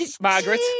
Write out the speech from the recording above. Margaret